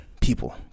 people